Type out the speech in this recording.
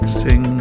sing